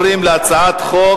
חוק צער בעלי-חיים.